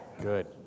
Good